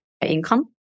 income